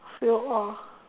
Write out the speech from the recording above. fail all